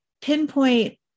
pinpoint